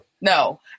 No